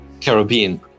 Caribbean